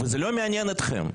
וזה לא מעניין אתכם.